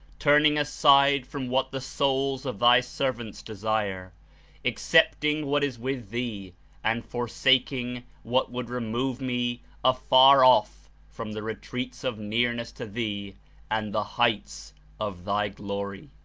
turning aside from what the souls of thy servants desire accept ing what is with thee and forsaking what would re move me afar off from the retreats of nearness to thee and the heights of thy glory.